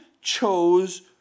chose